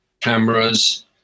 cameras